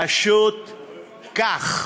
פשוט כך.